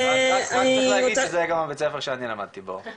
--- רק צריך להגיד שזה גם הבית ספר שאני למדתי בו,